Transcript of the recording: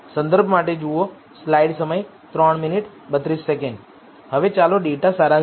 હવે ચાલો ડેટા સારાંશ જોઈએ